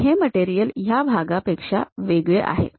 आणि हे मटेरियल ह्या भागापेक्षा वेगळे आहे